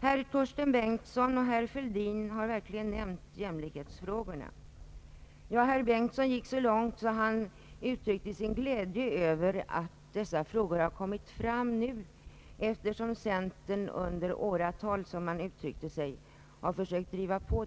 Herrar Torsten Bengtson och Fälldin har verkligen nämnt jämlikhetsfrågorna. Herr Bengtson gick så långt att han uttryckte sin glädje över att dessa frågor har kommit i förgrunden nu, eftersom centern under åratal, som han uttryckte sig, har försökt driva på.